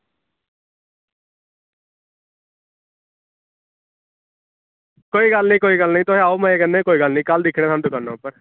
कोई गल्ल निं कोई गल्ल निं तुसें आओ मज़े कन्नै कोई गल्ल निं कल दिक्खने आं थुआनूं दकाना उप्पर